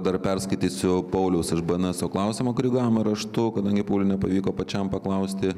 dar perskaitysiu pauliaus iš bnso klausimą kurį gavome raštu kadangi pauliui nepavyko pačiam paklausti